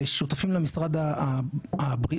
ושותפים למשרד הבריאות,